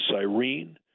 Cyrene